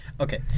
Okay